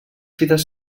fites